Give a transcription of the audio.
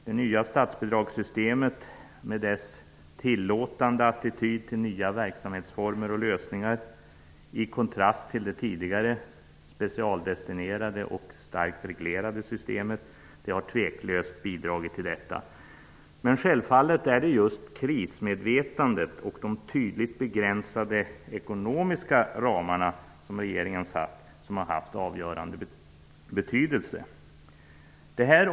Det nya statsbidragssystemet med dess tillåtande av nya verksamhetsformer och lösningar, i kontrast till det tidigare specialdestinerade och starkt reglerade systemet, har tveklöst bidragit till detta. Självfallet är det just krismedvetandet och de tydligt begränsade ekonomiska ramar som regeringen satt som haft avgörande betydelse.